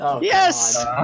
Yes